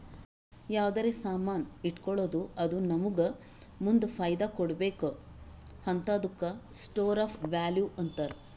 ಯಾವ್ದರೆ ಸಾಮಾನ್ ಇಟ್ಗೋಳದ್ದು ಅದು ನಮ್ಮೂಗ ಮುಂದ್ ಫೈದಾ ಕೊಡ್ಬೇಕ್ ಹಂತಾದುಕ್ಕ ಸ್ಟೋರ್ ಆಫ್ ವ್ಯಾಲೂ ಅಂತಾರ್